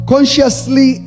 consciously